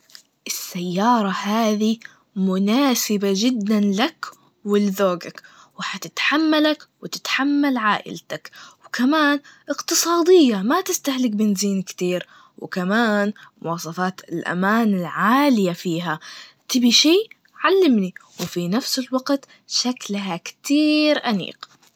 السيارة هادي مناسبة جداً لك ولذوقك, وهتتحملك وتتحمل عائلتك, كمان إقتصادية ما تستهلك بنزين كتير, وكمان مواصفات الأمان عالية فيها, تبي شي؟ علمني, وفي نفس الوقت شكلها كتييير أنيق.